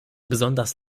besonders